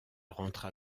rentra